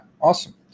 awesome